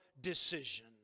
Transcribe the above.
decision